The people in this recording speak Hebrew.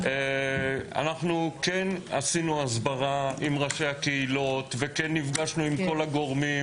כן עשינו הסברה עם ראשי הקהילות וכן נפגשנו עם כל הגורמים